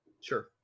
Sure